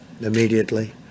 immediately